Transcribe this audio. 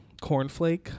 cornflake